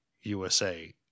usa